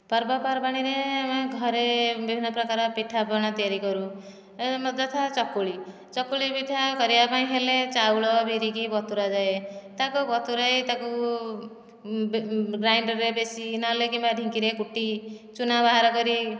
ପର୍ବପର୍ବାଣୀରେ ଆମେ ଘରେ ବିଭିନ୍ନ ପ୍ରକାର ପିଠା ପଣା ତିଆରି କରୁ ଏ ଯଥା ଚକୁଳି ଚକୁଳି ପିଠା କରିବା ପାଇଁ ହେଲେ ଚାଉଳ ବିରି କି ବତୁରା ଯାଏ ତାକୁ ବତୁରାଇ ତାକୁ ଗ୍ରାଇଣ୍ଡରରେ ପେଶି ନହେଲେ କିମ୍ବା ଢିଙ୍କିରେ କୁଟି ଚୁନା ବାହାର କରି